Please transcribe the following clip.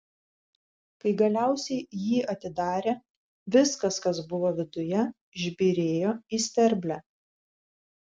kai galiausiai jį atidarė viskas kas buvo viduje išbyrėjo į sterblę